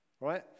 right